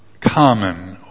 common